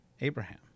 Abraham